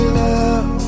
love